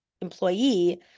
employee